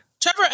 Trevor